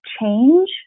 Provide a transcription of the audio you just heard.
change